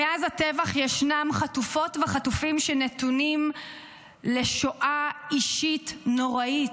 מאז הטבח ישנם חטופות וחטופים שנתונים לשואה אישית נוראית,